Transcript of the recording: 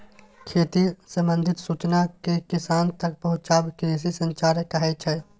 खेती संबंधित सुचना केँ किसान तक पहुँचाएब कृषि संचार कहै छै